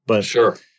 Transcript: Sure